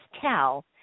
tell